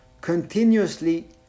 continuously